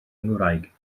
ngwraig